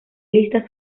lista